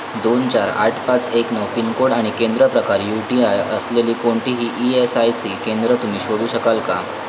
दोन चार आठ पाच एक नऊ पिनकोड आणि केंद्र प्रकार यू टी आय असलेली कोणतीही ई एस आय सी केंद्रं तुम्ही शोधू शकाल का